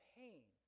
pain